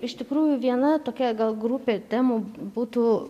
iš tikrųjų viena tokia gal grupė temų būtų